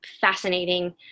fascinating